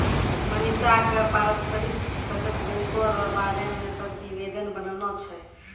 मनीषा क पारस्परिक बचत बैंको र बारे मे प्रतिवेदन बनाना छै